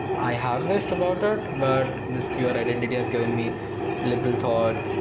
i have wished about it. but, this queer identity has given me liberal thoughts,